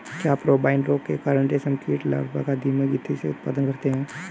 क्या पेब्राइन रोग के कारण रेशम कीट लार्वा का धीमी गति से उत्पादन करते हैं?